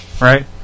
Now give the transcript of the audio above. right